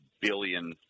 billion